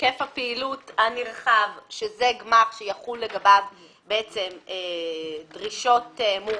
היקף הפעילות הנרחב שזה גמ"ח שיחולו לגביו דרישות מורחבות.